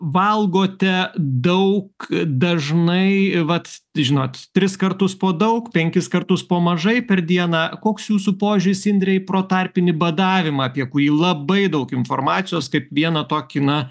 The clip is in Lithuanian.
valgote daug dažnai vat žinot tris kartus po daug penkis kartus po mažai per dieną koks jūsų požiūris indre į protarpinį badavimą apie kurį labai daug informacijos kaip vieną tokį na